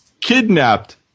kidnapped